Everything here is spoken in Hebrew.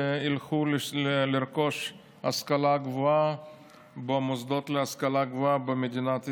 שילכו לרכוש השכלה גבוהה במוסדות להשכלה גבוהה במדינת ישראל.